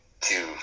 two